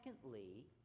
Secondly